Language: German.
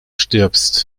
stirbst